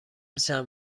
چند